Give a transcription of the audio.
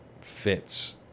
fits